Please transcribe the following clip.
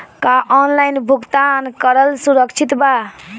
का ऑनलाइन भुगतान करल सुरक्षित बा?